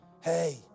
hey